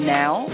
now